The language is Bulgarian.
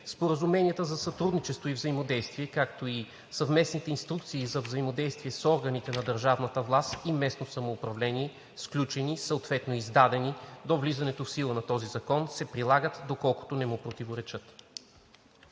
Споразуменията за сътрудничество и взаимодействие, както и съвместните инструкции за взаимодействие с органите на държавна власт и местно самоуправление, сключени, съответно издадени до влизането в сила на този закон, се прилагат, доколкото не му противоречат.“